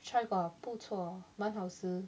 try 过不错蛮好吃